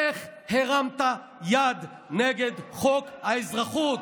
איך הרמת יד נגד חוק האזרחות?